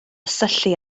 syllu